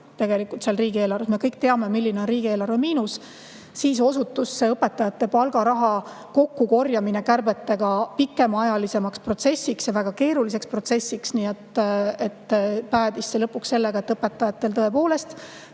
tegelikult riigieelarves – me kõik teame, kui suur on riigieelarve miinus –, siis osutus õpetajate palgaraha kokkukorjamine kärbetega pikaajaliseks protsessiks ja väga keeruliseks protsessiks. Ja päädis see lõpuks sellega, et õpetajatel tõepoolest